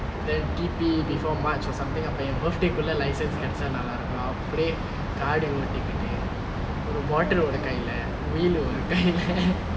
then T_P before march or something அப்ரோம் என்:aprom yen birthday குல்ல:kulle license கெடச்சா நல்லா இருக்கும் அப்டே காடி ஓட்டிக்கிட்டு ஒரு:kedacha nalla irukkum apde kaadi otikitu oru bottle ஒரு கைல:oru kaile wheel ஒரு கைல:oru kaile